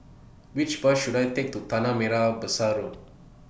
Which Bus should I Take to Tanah Merah Besar Road